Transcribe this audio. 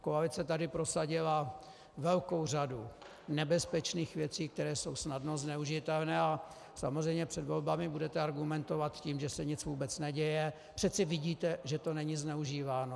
Koalice tady prosadila velkou řadu nebezpečných věcí, které jsou snadno zneužitelné, a samozřejmě před volbami budete argumentovat tím, že se vůbec nic neděje, přece vidíte, že to není zneužíváno.